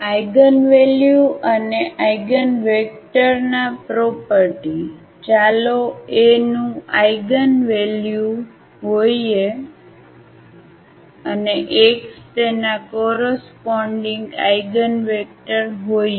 eigenvalue અને આઇજેનવેક્ટરના property ચાલો એ નું આઇગનવેલ્યુ હોઈએ અને x તેના કોરસપોન્ડીગ આઇગનવેક્ટર હોઈએ